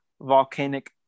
volcanic